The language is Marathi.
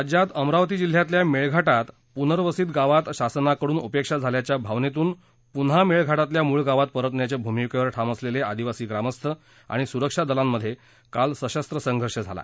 राज्यात अमरावती जिल्ह्यातल्या मेळघाटात पुनर्वसित गावात शासनाकडून उपेक्षा झाल्याच्या भावनेतून पुन्हा मेळघाटातल्या मूळ गावात परतण्याच्या भूमिकेवर ठाम असलेले आदिवासी ग्रामस्थ आणि सुरक्षा दलामध्ये काल सशस्त्र संघर्ष झाला